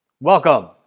Welcome